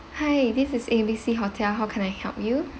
hi this is A B C hotel how can I help you